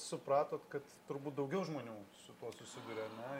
supratot kad turbūt daugiau žmonių susiduria ar ne